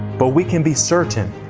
but we can be certain,